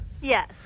Yes